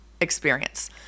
experience